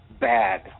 bad